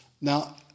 now